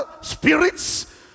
spirits